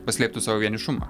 paslėpti savo vienišumą